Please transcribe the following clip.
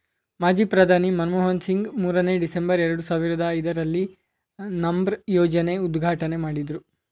ಮಾಜಿ ಪ್ರಧಾನಿ ಮನಮೋಹನ್ ಸಿಂಗ್ ಮೂರನೇ, ಡಿಸೆಂಬರ್, ಎರಡು ಸಾವಿರದ ಐದರಲ್ಲಿ ನರ್ಮ್ ಯೋಜನೆ ಉದ್ಘಾಟನೆ ಮಾಡಿದ್ರು